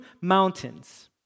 mountains